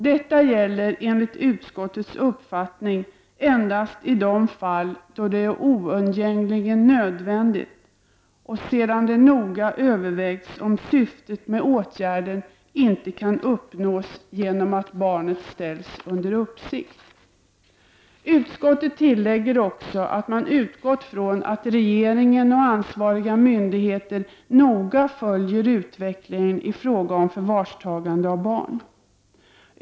Detta gäller enligt utskottets uppfattning endast i de fall då det är oundgängligen nödvändigt och sedan det noga övervägts om syftet med åtgärden inte kan nås genom att barnet ställs under uppsikt.” Utskottet tillägger också att man utgått från att regeringen och ansvariga myndigheter noga följer utvecklingen i fråga om förvarstagande av barn.